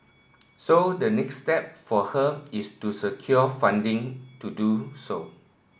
so the next step for her is to secure funding to do so